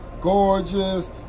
gorgeous